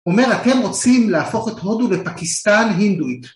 אומר אתם רוצים להפוך את הודו לפקיסטן הינדואית.